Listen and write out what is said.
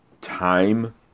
Time